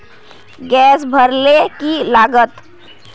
Gas भरले की लागत?